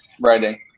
writing